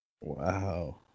Wow